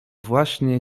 właśnie